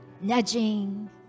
nudging